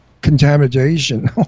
contamination